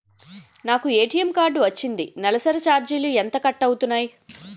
నాకు ATM card వచ్చింది నెలసరి ఛార్జీలు ఎంత కట్ అవ్తున్నాయి?